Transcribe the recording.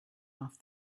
off